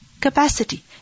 capacity